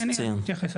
אני אתייחס.